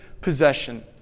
possession